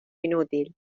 inútil